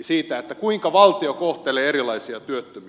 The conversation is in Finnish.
siihen kuinka valtio kohtelee erilaisia työttömiä